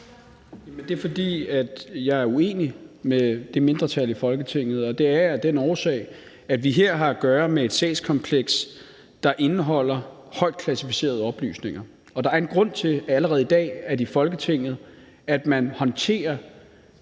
det er, fordi jeg er uenig med det mindretal i Folketinget, og det er jeg af den årsag, at vi her har at gøre med et sagskompleks, der indeholder højt klassificerede oplysninger. Og der er en grund til, at man allerede i dag i Folketinget håndterer